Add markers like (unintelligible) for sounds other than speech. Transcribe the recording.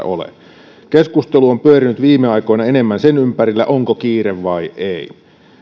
(unintelligible) ole keskustelu on pyörinyt viime aikoina enemmän sen ympärillä onko kiire vai ei